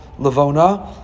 lavona